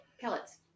Pellets